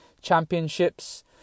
championships